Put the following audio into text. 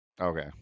Okay